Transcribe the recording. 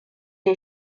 est